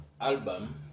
album